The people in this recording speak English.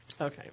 Okay